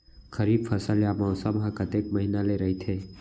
खरीफ फसल या मौसम हा कतेक महिना ले रहिथे?